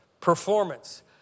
performance